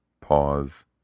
pause